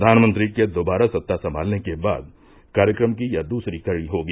प्रवानमंत्री के दोबारा सत्ता संभालने के बाद कार्यक्रम की यह दूसरी कड़ी होगी